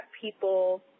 people